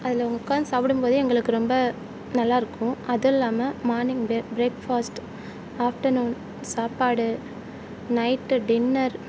அதில் உட்காந்து சாப்பிடும் போது எங்களுக்கு ரொம்ப நல்லாயிருக்கும் அதுவும் இல்லாமல் மார்னிங் பே பிரேக்ஃபாஸ்ட் ஆஃப்டர் நூன் சாப்பாடு நைட்டு டின்னர்